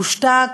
הושתק,